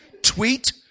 Tweet